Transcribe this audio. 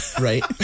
Right